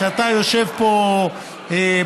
כשאתה יושב פה באופוזיציה,